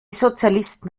sozialisten